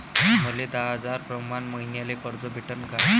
मले दहा हजार प्रमाण मईन्याले कर्ज भेटन का?